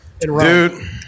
Dude